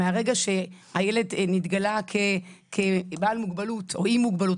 מהרגע שהילד נתגלה כבעל מוגבלות או עם מוגבלות,